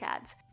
ads